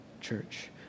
church